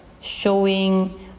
showing